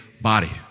body